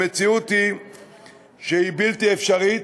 המציאות היא בלתי אפשרית,